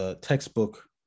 textbook